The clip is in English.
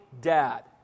dad